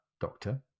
doctor